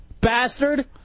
bastard